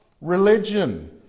religion